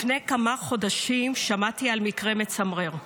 לפני כמה חודשים שמעתי על מקרה מצמרר: